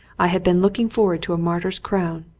i had been looking forward to a martyr's crown.